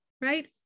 right